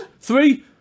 Three